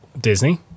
Disney